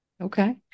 okay